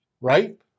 right